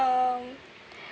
um